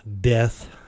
death